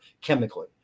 chemically